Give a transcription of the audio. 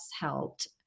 helped